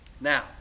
Now